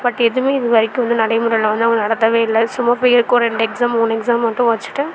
but எதுவுமே இதுவரைக்கும் வந்து நடைமுறையில் வந்து அவங்க நடத்தவே இல்லை சும்மா பேருக்கு ஒரு ரெண்டு எக்ஸாம் மூனு எக்ஸாம் மட்டும் வச்சிவிட்டு